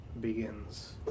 begins